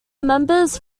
members